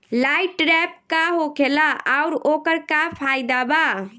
Light trap का होखेला आउर ओकर का फाइदा बा?